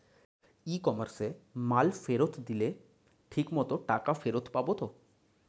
ই কমার্সে মাল ফেরত দিলে ঠিক মতো টাকা ফেরত পাব তো?